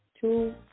two